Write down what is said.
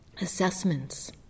assessments